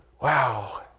wow